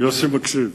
יוסי מקשיב.